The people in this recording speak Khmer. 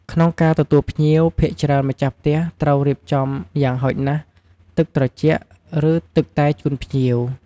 ក្នុងការទទួលភ្ញៀវ ភាគច្រើនម្ចាស់ផ្ទះត្រូវរៀបចំយ៉ាងហោចណាស់ ទឺកត្រជាក់ ឬ ទឹកតែជូនភ្ញៀវ។